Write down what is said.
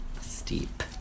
steep